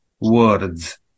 words